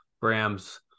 grams